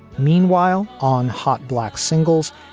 meanwhile, on hot black singles,